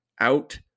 out